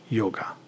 yoga